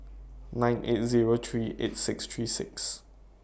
nine eight Zero three eight six three six